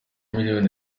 miliyoni